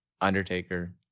Undertaker